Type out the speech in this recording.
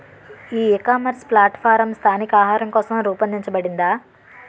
ఈ ecommerce platform స్థానిక ఆహారం కోసం రూపొందించబడిందా?